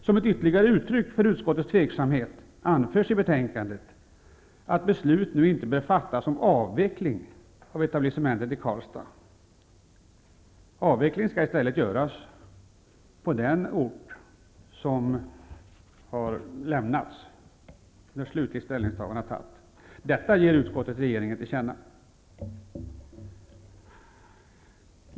Som ett ytterligare uttryck för utskottets tvivel anförs i betänkandet att beslut nu inte bör fattas om avveckling av etablissemanget i Karlstad. Avvecklingen skall i stället göras på den ort som skall lämnas efter det att ett slutligt ställningstagande har gjorts. Detta ger utskottet regeringen till känna.